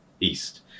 east